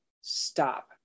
stop